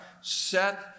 Set